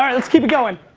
um let's keep it going.